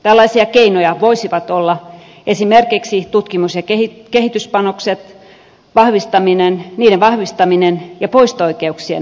tällaisia keinoja voisivat olla esimerkiksi tutkimus ja kehityspanosten vahvistaminen ja poisto oikeuksien laajentaminen